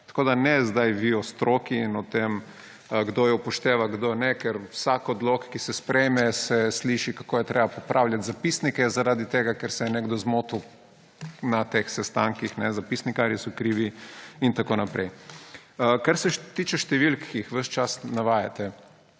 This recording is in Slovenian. Tako da ne zdaj vi o stroki in o tem, kdo jo upošteva, kdo je ne, ker o vsakem odloku, ki se sprejme, se sliši, kako je treba popravljati zapisnike, zaradi tega ker se je nekdo zmotil na teh sestankih, zapisnikarji so krivi in tako naprej. Kar se tiče številk, ki jih ves čas navajate.